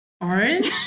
Orange